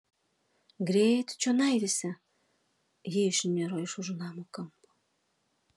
greit čionai visi ji išniro iš už namo kampo